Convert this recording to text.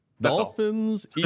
Dolphins